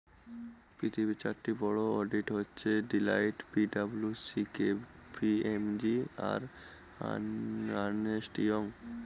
পৃথিবীর চারটি বড়ো অডিট হচ্ছে Deloitte P W C K P M G আর আর্নেস্ট ইয়ং